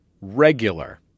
regular